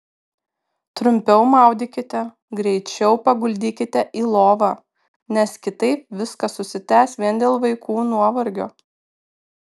trumpiau maudykite greičiau paguldykite į lovą nes kitaip viskas užsitęs vien dėl vaikų nuovargio